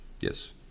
Yes